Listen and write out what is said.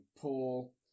Paul